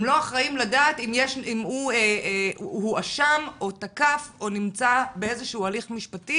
הם לא אחראים לדעת אם הוא הואשם או תקף או נמצא באיזשהו הליך משפטי